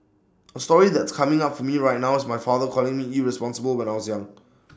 A story that's coming up for me right now is my father calling me irresponsible when I was young